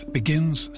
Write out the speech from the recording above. begins